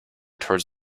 toward